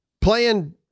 playing